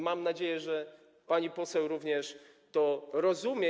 Mam nadzieję, że pani poseł również to rozumie.